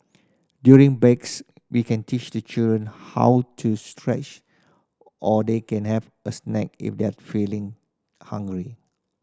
during breaks we can teach the children how to stretch or they can have a snack if they're feeling hungry